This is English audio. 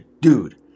dude